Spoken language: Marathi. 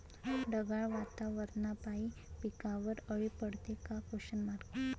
ढगाळ वातावरनापाई पिकावर अळी पडते का?